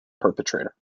perpetrator